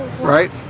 right